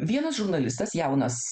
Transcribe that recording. vienas žurnalistas jaunas